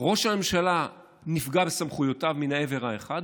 ראש הממשלה נפגע בסמכויותיו מן העבר האחד,